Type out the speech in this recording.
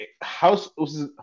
house